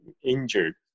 injured